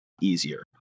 Easier